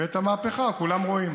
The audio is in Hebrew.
ואת המהפכה כולם רואים.